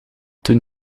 toen